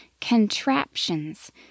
contraptions